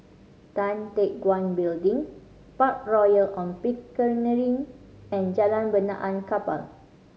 Tan Teck Guan Building Park Royal On Pickering and Jalan Benaan Kapal